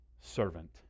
servant